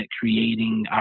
creating